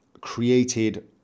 created